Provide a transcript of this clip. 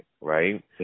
right